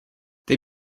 they